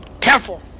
Careful